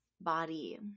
body